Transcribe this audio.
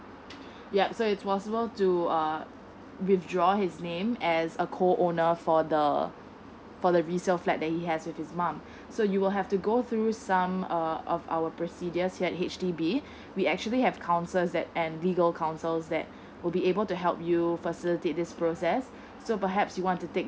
yeah so it's possible to uh withdraw his name as a co owner for the for the resale flat that he has with his mum so you will have to go through some err of our procedures at H_D_B we actually have councilors that and legal counsels that will be able to help you facilitate this process so perhaps you want to take